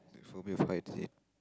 like phobia of heights is it